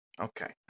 Okay